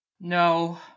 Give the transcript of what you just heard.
No